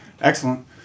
Excellent